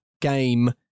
game